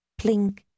plink